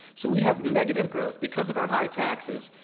so we have negative growth because of our high taxes.